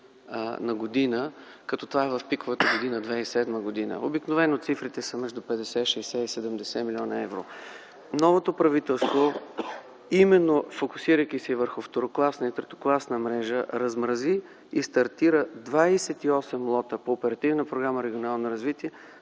на година – това е за пиковата 2007 г. Обикновено цифрите са между 50-60-70 млн. евро. Новото правителство, фокусирайки се именно върху второкласната и третокласната мрежа, размрази и стартира 28 лота по Оперативна програма „Регионално развитие”